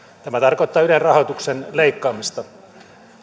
tämä tarkoittaa ylen rahoituksen leikkaamista